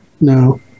No